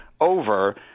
over